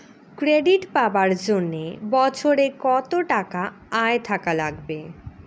Credit পাবার জন্যে বছরে কত টাকা আয় থাকা লাগবে?